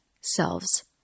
selves